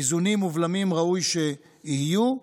איזונים ובלמים ראוי שיהיו,